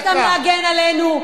שאנחנו שולחים אותם להגן עלינו,